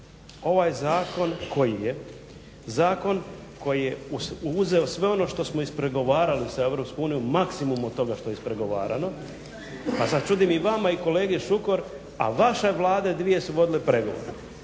ovaj zakon koji je uzeo sve ono što smo ispregovarali sa Europskom unijom, maksimum od toga što je ispregovarano pa se čudim i vama i kolegi Šukeru, a vaše Vlade dvije su vodile pregovore.